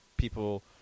people